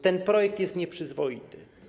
Ten projekt jest nieprzyzwoity.